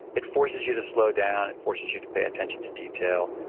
it forces you to slow down. it forces you to pay attention to detail.